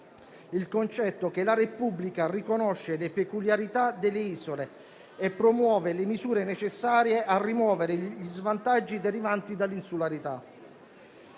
il concetto che la Repubblica riconosce le peculiarità delle isole e promuove le misure necessarie a rimuovere gli svantaggi derivanti dall'insularità.